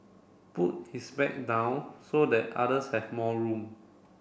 put his bag down so that others have more room